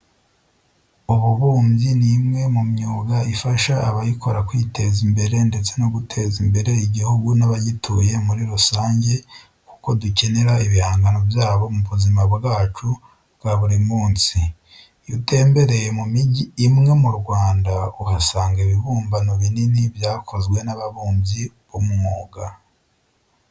Ububumbyi ni umwe mu myuga ifasha abayikora kwiteza imbere ndetse no guteza imbere igihugu n'abagituye muri rusange kuko dukenera ibihangano byabo mu buzima bwacu bwa buri munsi. Iyo utembereye mu migi imwe mu Rwanda, uhasanga ibibumbano binini byakozwe n'ababumbyi b'umwuga.